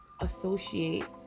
associate